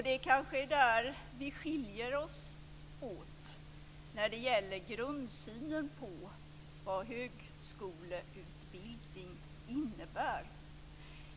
Det kanske är där vi skiljer oss åt: när det gäller grundsynen på vad högskoleutbildning innebär.